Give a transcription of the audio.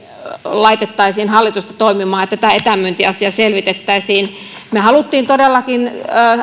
laitettaisiin hallitusta toimimaan että tämä etämyyntiasia selvitettäisiin me halusimme todellakin